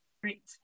Great